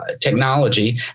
technology